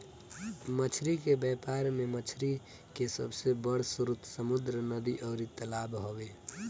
मछली के व्यापार में मछरी के सबसे बड़ स्रोत समुंद्र, नदी अउरी तालाब हवे